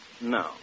No